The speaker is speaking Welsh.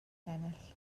ennill